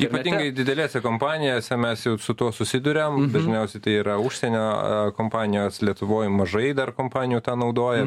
ypatingai didelėse kompanijose mes jau su tuo susiduriam dažniausiai tai yra užsienio kompanijos lietuvoj mažai dar kompanijų tą naudoja